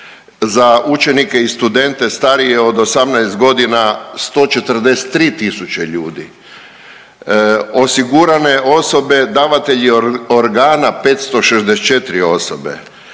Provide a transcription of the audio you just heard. za učenike i studente starije od 18 godina 143.000 ljudi, osigurane osobe davatelji organa 564 osobe,